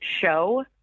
show